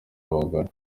abagore